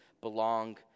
belong